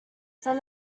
from